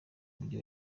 mujyi